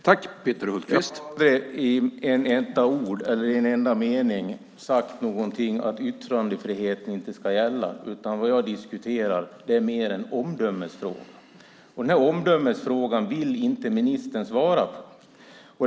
Herr talman! Jag har inte med ett enda ord eller en enda mening sagt att yttrandefriheten inte ska gälla. Vad jag diskuterar är mer en omdömesfråga. Den frågan om omdöme vill inte ministern svara på.